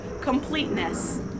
completeness